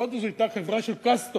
והודו היתה חברה של קאסטות,